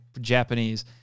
Japanese